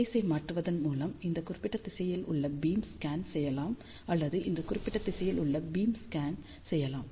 ஃபேஸை மாற்றுவதன் மூலம் இந்த குறிப்பிட்ட திசையில் உள்ள பீமை ஸ்கேன் செய்யலாம் அல்லது இந்த குறிப்பிட்ட திசையில் உள்ள பீமை ஸ்கேன் செய்யலாம்